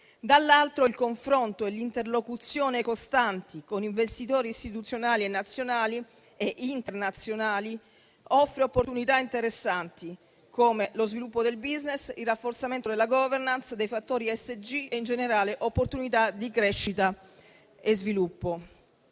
dall'altro, il confronto e l'interlocuzione costanti con investitori istituzionali, nazionali e internazionali offre opportunità interessanti, come lo sviluppo del *business*, il rafforzamento della *governance* dei fattori ESG e, in generale, opportunità di crescita e sviluppo.